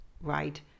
right